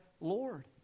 lord